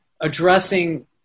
addressing